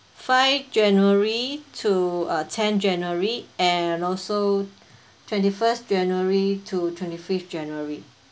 five january to uh tenth january and also twenty-first january to twenty-fifth january